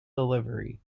delivery